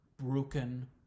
broken